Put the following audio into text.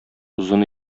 озын